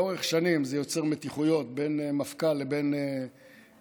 לאורך שנים זה יוצר מתיחויות בין המפכ"ל לבין השר.